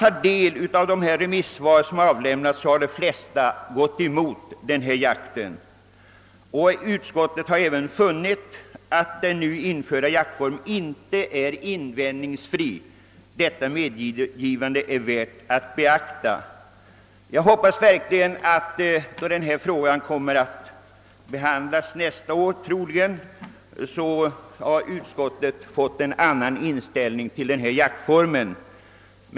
Av de remissvar som avlämnats framgår att de flesta gått emot denna form av jakt. Utskottet har även funnit att den nu införda jaktformen inte är invändningsfri. Detta medgivande är värt att beakta. Jag hoppas verkligen att utskottet, när denna fråga skall behandlas — troligen nästa år — har fått en annan inställning till denna jaktform.